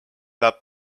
lab